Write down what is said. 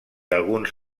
alguns